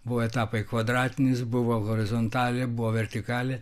buvo etapai kvadratinis buvo horizontalė buvo vertikalė